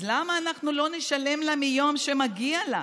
אז למה אנחנו לא נשלם לה מיום שמגיע לה?